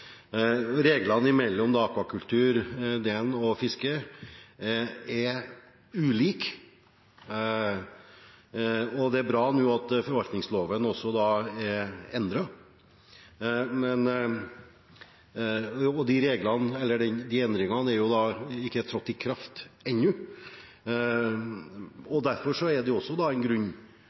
Reglene om akvakultur og om fiske er ulike, og det er bra at forvaltningsloven er endret. De endringene er ikke trådt i kraft ennå. Derfor er det også en grunn